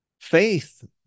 faith